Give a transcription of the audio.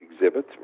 exhibit